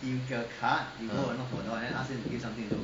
uh